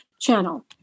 channel